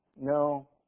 No